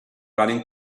running